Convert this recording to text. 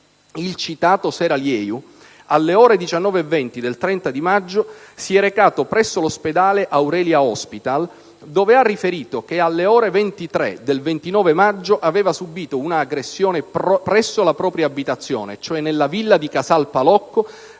il citato Seraliyeu alle ore 19,20 del 30 maggio si è recato presso l'ospedale Aurelia Hospital ove ha riferito che alle ore 23 del 29 maggio aveva subito una aggressione presso la propria abitazione, cioè nella villa di Casal Palocco,